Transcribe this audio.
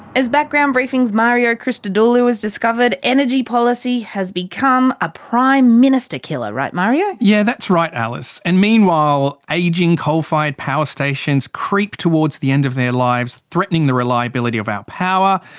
as background briefing's mario christodoulou has discovered energy policy has become a prime-minister killer. right mario? yeah that's right alice and meanwhile, ageing coal-fired power stations creep towards the end of their lives, threatening the reliability of our power,